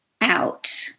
out